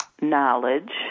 knowledge